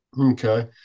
Okay